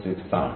6 ആണ്